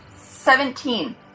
Seventeen